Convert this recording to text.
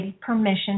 permission